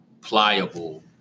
pliable